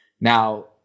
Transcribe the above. Now